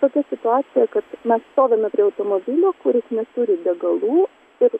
tokia situacija kad mes stovime prie automobilio kuris neturi degalų ir